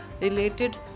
related